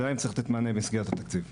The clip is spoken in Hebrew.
שלהם צריך לתת מענה במסגרת התקציב.